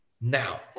now